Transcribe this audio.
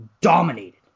Dominated